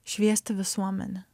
šviesti visuomenę